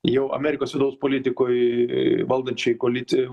jau amerikos vidaus politikoj valdančiai koalicijai